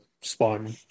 Spawn